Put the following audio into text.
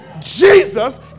Jesus